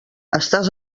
estàs